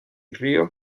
ríos